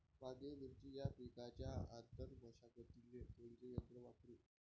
वांगे, मिरची या पिकाच्या आंतर मशागतीले कोनचे यंत्र वापरू?